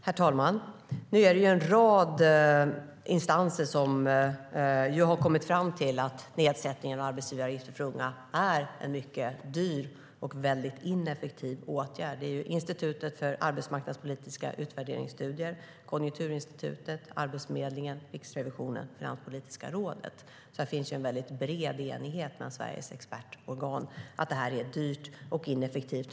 Herr talman! Nu är det en rad instanser som har kommit fram till att nedsättningen av arbetsgivaravgiften för unga är en mycket dyr och ineffektiv åtgärd. Det är institutet för arbetsmarknadspolitiska utvärderingsstudier, Konjunkturinstitutet, Arbetsförmedlingen, Riksrevisionen och Finanspolitiska rådet. Det finns alltså en bred enighet bland Sveriges expertorgan om att det här är dyrt och ineffektivt.